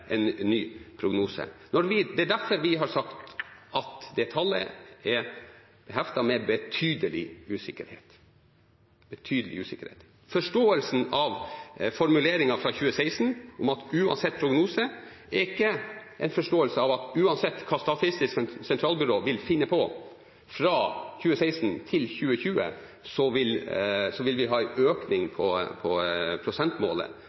en ny prognose. Det er derfor vi har sagt at det tallet er beheftet med «betydelig usikkerhet». Forståelsen av formuleringen fra 2016 om «uansett prognose» er ikke at uansett hva Statistisk sentralbyrå vil finne på fra 2016 til 2020, vil vi ha en økning på prosentmålet.